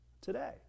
today